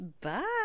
bye